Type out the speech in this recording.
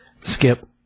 Skip